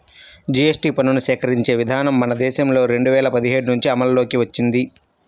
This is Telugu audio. జీఎస్టీ పన్నుని సేకరించే విధానం మన దేశంలో రెండు వేల పదిహేడు నుంచి అమల్లోకి వచ్చింది